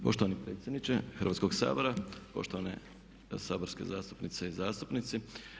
Poštovani predsjedniče Hrvatskog sabora, poštovane saborske zastupnice i zastupnici.